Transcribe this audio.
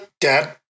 dad